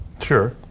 Sure